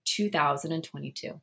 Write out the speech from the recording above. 2022